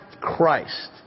Christ